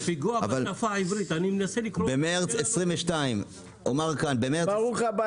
במרץ 2022 מרכז